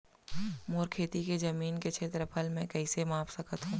मोर खेती के जमीन के क्षेत्रफल मैं कइसे माप सकत हो?